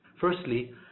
Firstly